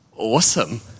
awesome